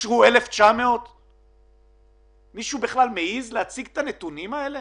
אושרו 1,900. מישהו בכלל מעז להציג את הנתונים האלה